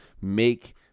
make